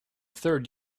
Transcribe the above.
third